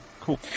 Cool